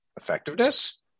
effectiveness